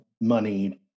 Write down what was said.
money